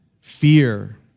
Fear